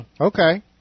Okay